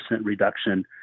reduction